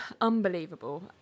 unbelievable